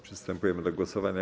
Przystępujemy do głosowania.